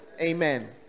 Amen